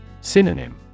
Synonym